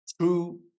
true